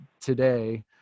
today